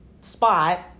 spot